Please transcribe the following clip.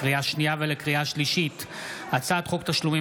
לקריאה שנייה ולקריאה שלישית: הצעת חוק תשלומים